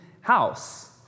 house